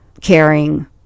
caring